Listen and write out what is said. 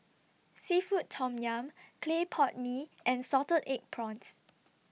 Seafood Tom Yum Clay Pot Mee and Salted Egg Prawns